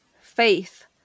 faith